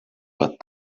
but